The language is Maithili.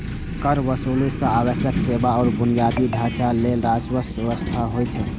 कर वसूली सं आवश्यक सेवा आ बुनियादी ढांचा लेल राजस्वक व्यवस्था होइ छै